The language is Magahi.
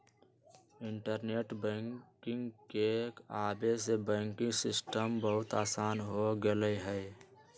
इंटरनेट बैंकिंग के आवे से बैंकिंग सिस्टम बहुत आसान हो गेलई ह